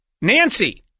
Nancy